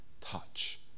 touch